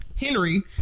Henry